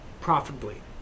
profitably